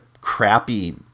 crappy